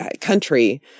country